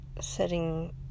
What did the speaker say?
setting